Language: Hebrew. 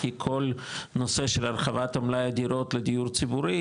כל כול הנושא של הרחבת מלאי הדירות לדיור ציבורי